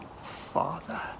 Father